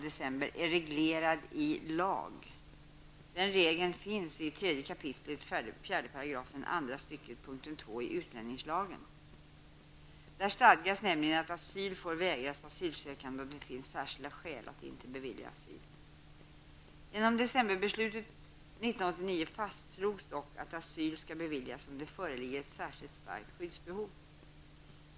Där stadgas nämligen att asyl får vägras asylsökande om det finns särskilda skäl att inte bevilja asyl. Genom decemberbeslutet 1989 fastslogs dock att asyl skall beviljas om det föreligger ett särskilt starkt skyddsbehov.